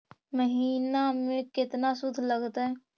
महिना में केतना शुद्ध लगतै?